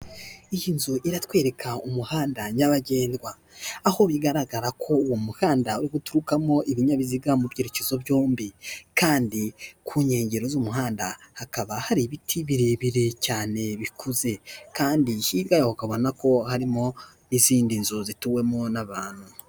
Abantu babiri bafashe terefone mu ntoki zose ziri kwaka umwe yambaye umupira w'umutuku akaba bose bari imbere y'ameza akoze mu rubaho rw'umweru.